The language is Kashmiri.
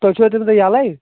تُہۍ چھُوا تَمہِ دۄہ یَلَے